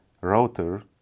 router